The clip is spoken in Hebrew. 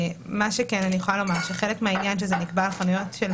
אני יכולה לומר שחלק מהעניין שזה נקבע לגבי חנויות שהן